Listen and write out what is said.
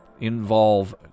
involve